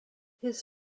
his